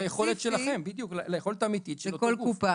ליכולת שלכם, ליכולת האמיתית של כל גוף.